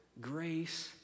grace